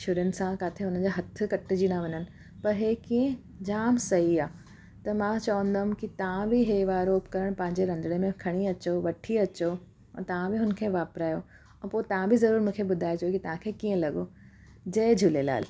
छुरीयुनि सां किथे हुनजा हथ कटिजी न वञनि पर हीअ कीअं जाम सही आहे त मां चवंदमि की तव्हां बि हीअ वारो उपकरण पंहिजे रंधिणे में खणी अचो वठी अचो ऐं तव्हां बि हुनखे वापरायो ऐं पोइ तव्हां बि ज़रूर मूंखे ॿुधाएजो की तव्हांखे कीअं लॻो जय झूलेलाल